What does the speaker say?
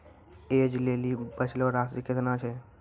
ऐज लेली बचलो राशि केतना छै?